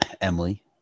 Emily